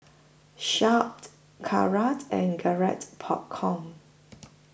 Sharp Kara and Garrett Popcorn